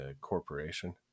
corporation